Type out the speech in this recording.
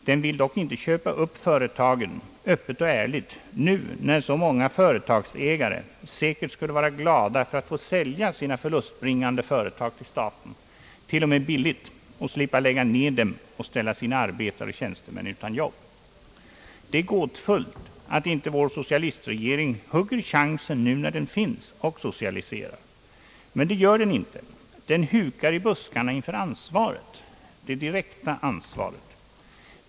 Den vill dock inte köpa upp företagen öppet och ärligt, nu när så många företagsägare säkert skulle vara glada för att få sälja sina förlustbringande företag till staten, t.o.m. billigt, och slippa lägga ned dem och ställa sina arbetare och tjänstemän utan jobb. Det är gåtfullt att inte vår socialistregering hugger chansen nu när den finns och socialiserar. Men det gör den inte, den hukar i buskarna inför ansvaret, det direkta ansvaret.